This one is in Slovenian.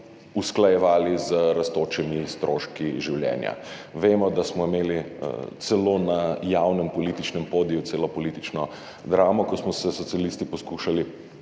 usklajevali z rastočimi stroški življenja. Vemo, da smo imeli celo na javnem političnem podiju celo politično dramo, ko smo se socialisti poskušali